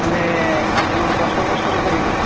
ହେଲେ ଆପଣ ଦଶ ବର୍ଷର କରିବେ